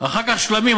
אחר כך שלמים,